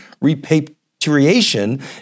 repatriation